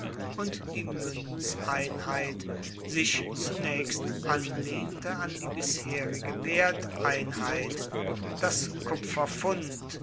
und die muenzeinheit sich zunaechst anlehnte an die bisherige werteinheit das